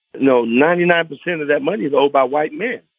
no ninety nine percent of that money is owed by white men.